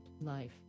life